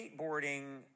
skateboarding